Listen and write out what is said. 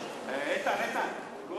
כלום.